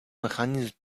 mechanizm